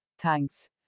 Thanks